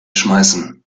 schmeißen